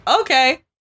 Okay